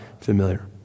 familiar